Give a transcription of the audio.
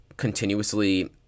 continuously